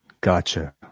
Gotcha